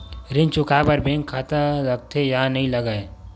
ऋण चुकाए बार बैंक खाता लगथे या नहीं लगाए?